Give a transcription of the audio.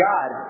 God